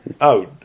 out